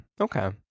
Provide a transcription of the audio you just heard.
Okay